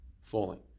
falling